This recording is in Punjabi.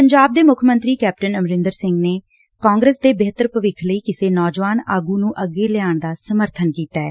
ਪੰਜਾਬ ਦੇ ਮੁੱਖ ਮੰਤਰੀ ਕੈਪਟਨ ਅਮਰਿੰਦਰ ਸਿੰਘ ਨੇ ਕਾਂਗਰਸ ਦੇ ਬਿਹਤਰ ਭਵਿੱਖ ਲਈ ਕਿਸੇ ਨੌਜਵਾਨ ਆਗੁ ਨੁੰ ਅੱਗੇ ਲਿਆਉਣ ਦਾ ਸਮੱਰਬਨ ਕੀਤੈ